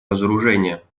разоружения